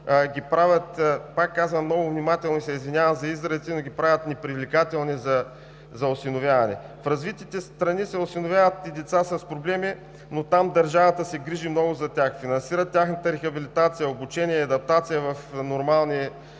ги правят, пак казвам, много внимателен съм, извинявам се за изразите, но ги правят непривлекателни за осиновяване. В развитите страни се осиновяват и деца с проблеми, но там държавата се грижи много за тях – финансира тяхната рехабилитация, обучение, адаптация в нормални